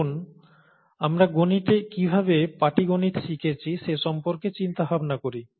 আসুন আমরা গণিতে কিভাবে পাটিগণিত শিখেছি সে সম্পর্কে চিন্তাভাবনা করি